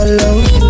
love